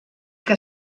que